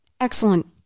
excellent